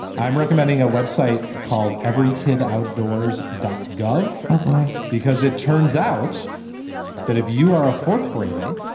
i'm recommending a web site called every kid outdoors dot gov. oh, boy. because it turns out that if you are a fourth grader,